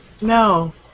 no